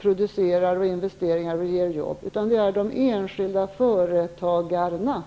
producerar investeringar och ger jobb, utan de enskilda företagarna.